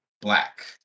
Black